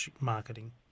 marketing